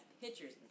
pictures